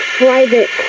private